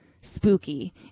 spooky